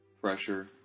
pressure